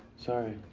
sorry.